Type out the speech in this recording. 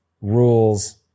rules